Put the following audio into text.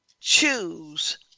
choose